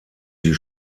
die